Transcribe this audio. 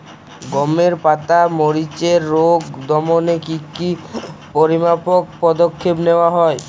গমের পাতার মরিচের রোগ দমনে কি কি পরিমাপক পদক্ষেপ নেওয়া হয়?